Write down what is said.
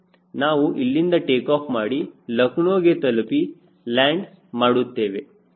ನಾವು ಇಲ್ಲಿಂದ ಟೇಕಾಫ್ ಮಾಡಿ ಲಕ್ನೋ ಗೆ ತಲುಪಿ ಲ್ಯಾಂಡ್ ಮಾಡುತ್ತೇವೆ